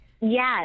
yes